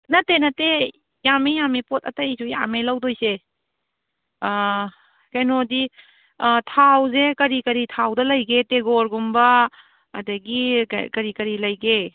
ꯅꯠꯇꯦ ꯅꯠꯇꯦ ꯌꯥꯝꯃꯦ ꯌꯥꯝꯃꯦ ꯄꯣꯠ ꯑꯇꯩꯖꯨ ꯌꯥꯝꯃꯦ ꯂꯧꯗꯣꯏꯁꯦ ꯀꯩꯅꯣꯗꯤ ꯊꯥꯎꯖꯦ ꯀꯔꯤ ꯀꯔꯤ ꯊꯥꯎꯗ ꯂꯩꯒꯦ ꯇꯦꯒꯣꯔꯒꯨꯝꯕ ꯑꯗꯒꯤ ꯀꯔꯤ ꯀꯔꯤ ꯂꯩꯒꯦ